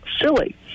silly